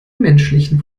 menschlichen